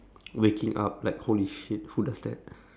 waking up like holy shit who does that